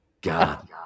God